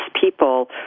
people